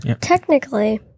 technically